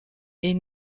est